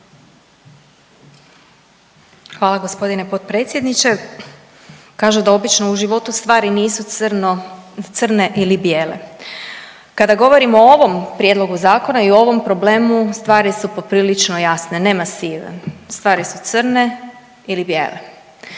Hvala g. potpredsjedniče. Kažu da obično u životu stvari nisu crno, crne ili bijele. Kada govorimo o ovom Prijedlogu zakona i o ovom problemu, stvari su poprilično jasne, nema sive, stvari su crne ili bijele.